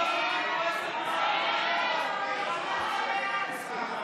הודעת הממשלה על ביטול המשרד לחיזוק